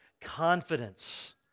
confidence